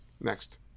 Next